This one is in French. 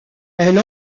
elle